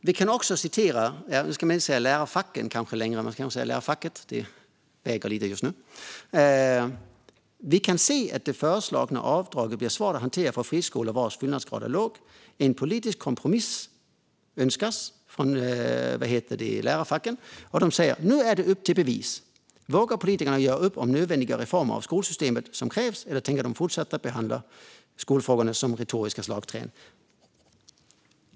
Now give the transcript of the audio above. Vi kan också citera lärarfacken, eller lärarfacket - det står och väger lite just nu. Vi kan se att det föreslagna avtalet blir svårt att hantera för friskolor vars fyllnadsgrad är låg. En politisk kompromiss önskas av lärarfacken. De säger: "Nu är det upp till bevis. Vågar politikerna göra upp om de nödvändiga reformer av skolsystemet som krävs eller tänker de fortsätta behandla skolfrågorna som retoriska slagträn?"